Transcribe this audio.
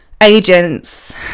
Agents